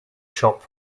shop